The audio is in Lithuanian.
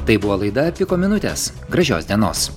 tai buvo laida piko minutės gražios dienos